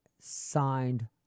signed